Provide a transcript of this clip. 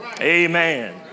Amen